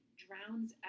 drowns